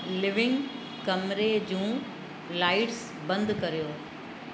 living कमरे जूं lights बंदि कयो